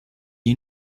you